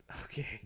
Okay